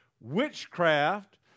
witchcraft